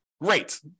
great